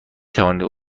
توانید